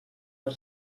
per